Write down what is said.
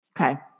Okay